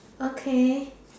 okay